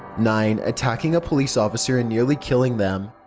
nine attacking a police officer and nearly killing them.